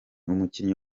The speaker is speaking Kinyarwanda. umukinnyi